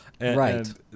Right